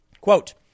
Quote